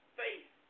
faith